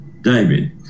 david